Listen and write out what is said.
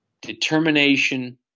determination